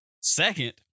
Second